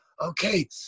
okay